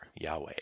Yahweh